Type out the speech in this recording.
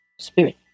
spirit